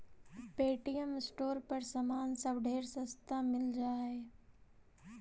Paytm store पर समान सब ढेर सस्ता मिल जा हई